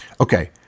Okay